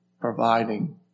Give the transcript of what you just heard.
providing